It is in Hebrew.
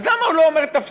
אז למה הוא לא אומר: תפסיקו?